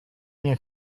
nie